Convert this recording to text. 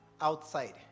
outside